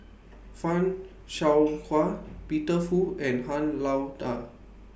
fan Shao Hua Peter Fu and Han Lao DA